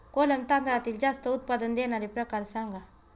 कोलम तांदळातील जास्त उत्पादन देणारे प्रकार सांगा